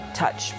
touch